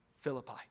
Philippi